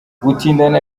gutindana